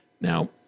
Now